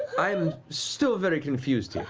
i'm still very confused here.